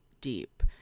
deep